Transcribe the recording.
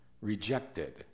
rejected